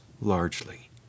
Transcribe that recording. largely